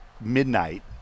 midnight